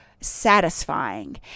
satisfying